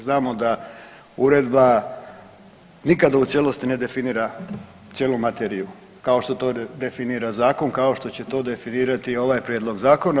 Znamo da uredba nikada u cijelosti ne definira cijelu materiju kao što to definira zakon, kao što će to definirati i ovaj prijedlog zakona.